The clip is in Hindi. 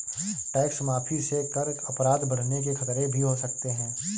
टैक्स माफी से कर अपराध बढ़ने के खतरे भी हो सकते हैं